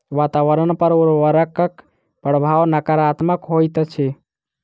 वातावरण पर उर्वरकक प्रभाव नाकारात्मक होइत अछि